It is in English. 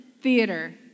theater